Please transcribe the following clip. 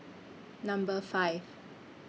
Number five